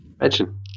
Imagine